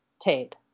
tape